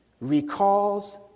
recalls